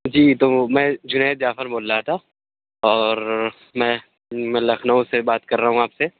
جی تو میں جُنید جعفر بول رہا تھا اور میں میں لکھنؤ سے بات کر رہا ہوں آپ سے